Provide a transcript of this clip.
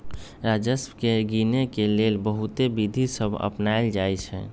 राजस्व के गिनेके लेल बहुते विधि सभ अपनाएल जाइ छइ